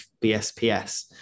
BSPS